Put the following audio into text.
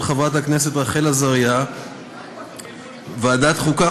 חברת הכנסת רחל עזריה וועדת החוקה,